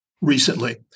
recently